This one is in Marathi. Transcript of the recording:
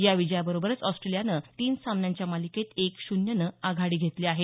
या विजयाबरोबरच ऑस्ट्रेलियानं तीन सामन्यांच्या मालिकेत एक शून्यनं आघाडी घेतली आहे